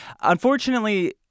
Unfortunately